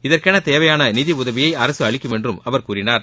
இதற்கென தேவையான நிதி உதவியை அரசு அளிக்கும் என்றும் அவர் கூறினார்